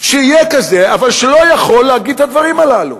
שיהיה כזה, אבל שלא יכול להגיד את הדברים הללו.